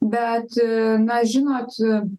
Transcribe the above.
bet na žinot